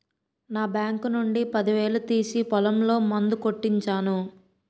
నా బాంకు నుండి పదివేలు తీసి పొలంలో మందు కొట్టించాను